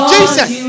Jesus